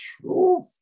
truth